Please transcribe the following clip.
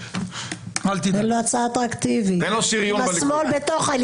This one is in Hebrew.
תמצאו לו שריון בליכוד.